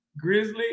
Grizzly